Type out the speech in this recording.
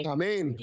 Amen